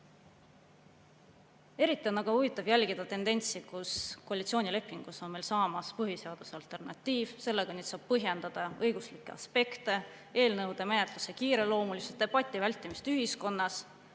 Eriti huvitav on aga jälgida tendentsi, kus koalitsioonilepingust on meil saamas põhiseaduse alternatiiv. Sellega saab nüüd põhjendada õiguslikke aspekte, eelnõude menetluse kiireloomulisust, debati vältimist ühiskonnas.